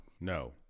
No